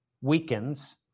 weakens